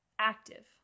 active